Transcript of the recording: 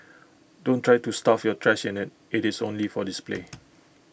don't try to stuff your trash in IT it is only for display